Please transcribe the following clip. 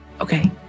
Okay